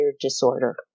disorder